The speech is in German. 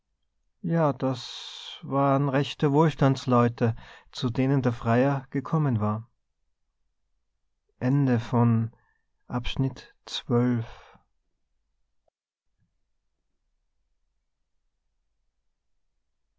ja das waren rechte wohlstandsleute zu denen der freier gekommen war